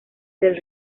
del